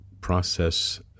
process